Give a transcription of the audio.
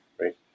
right